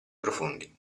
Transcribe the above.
profondi